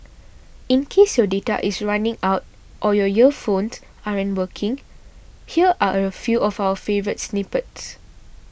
in case your data is running out or your earphones aren't working here are a few of our favourite snippets